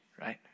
Right